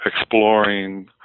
exploring